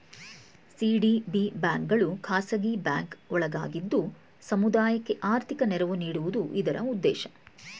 CDB ಬ್ಯಾಂಕ್ಗಳು ಖಾಸಗಿ bank ಒಳಗಿದ್ದು ಸಮುದಾಯಕ್ಕೆ ಆರ್ಥಿಕ ನೆರವು ನೀಡುವುದು ಇದರ ಉದ್ದೇಶ